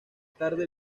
tarde